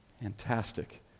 Fantastic